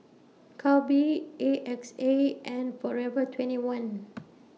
Calbee A X A and Forever twenty one